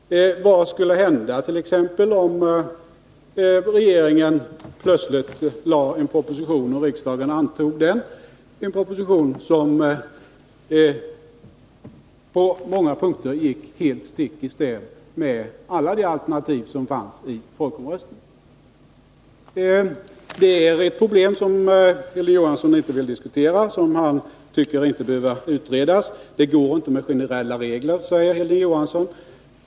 Vad skulle t.ex. hända om regeringen plötsligt lade fram en proposition som på många punkter gick stick i stäv mot alla de alternativ som fanns i folkomröstningen och riksdagen antog den? Det är ett problem som Hilding Johansson inte vill diskutera och som han tycker inte behöver utredas. Det går inte med generella regler, säger Hilding Johansson.